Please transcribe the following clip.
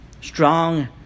Strong